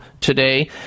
today